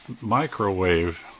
microwave